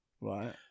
Right